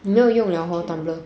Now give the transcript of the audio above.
没有用了 hor Tumblr